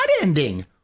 ending